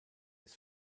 ist